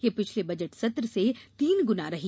यह पिछले बेजट सत्र से तीन गुना रही